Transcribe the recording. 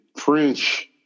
French